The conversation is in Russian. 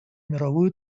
мировую